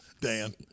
Dan